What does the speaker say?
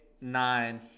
nine